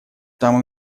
там